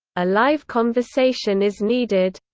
a live conversation is needed